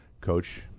coach